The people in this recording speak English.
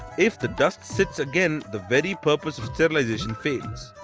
if the dust sits again, the very purpose of sterilization fails.